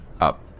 up